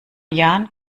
jan